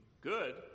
good